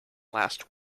last